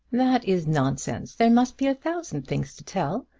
that is nonsense. there must be a thousand things to tell.